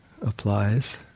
applies